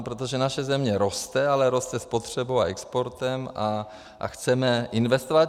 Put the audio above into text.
Protože naše země roste, ale roste spotřebou a exportem a chceme investovat.